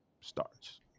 starts